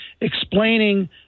explaining